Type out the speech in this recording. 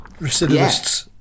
recidivists